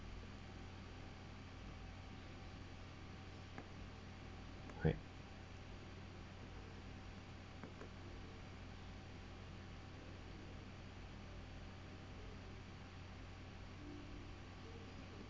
right